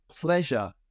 pleasure